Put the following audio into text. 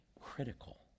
critical